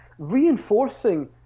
reinforcing